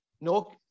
No